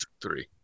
Three